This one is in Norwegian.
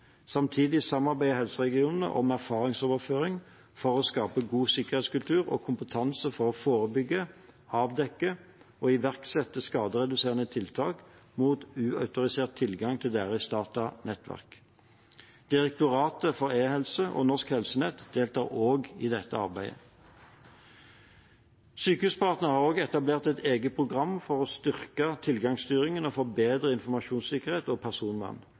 Samtidig samarbeider helseregionene om erfaringsoverføring for å skape god sikkerhetskultur og kompetanse for å forebygge, avdekke og iverksette skadereduserende tiltak mot uautorisert tilgang til deres datanettverk. Direktoratet for e-helse og Norsk Helsenett deltar også i dette arbeidet. Sykehuspartner har også etablert et eget program for å styrke tilgangsstyringen og få bedre informasjonssikkerhet og personvern.